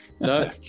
no